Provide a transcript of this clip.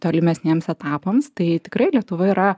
tolimesniems etapams tai tikrai lietuva yra